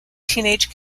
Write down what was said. teenage